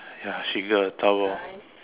ya she got the power